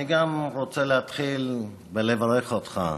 אני רוצה להתחיל ולברך אותך,